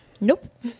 Nope